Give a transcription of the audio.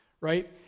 right